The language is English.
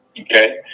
Okay